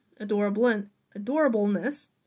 adorableness